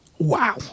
Wow